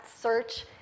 search